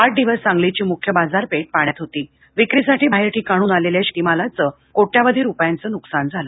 आठ दिवस सांगलाळि ग्रेख्य बाजारपेठ पाण्यात होता विक्रीसाठा आहेर ठिकाणहून आलेल्या शेतक्रिलाचे कोट्यवधा रुपयांचे नुकसान झाले